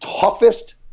toughest